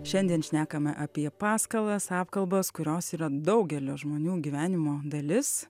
šiandien šnekame apie paskalas apkalbas kurios yra daugelio žmonių gyvenimo dalis